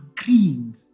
agreeing